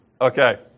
Okay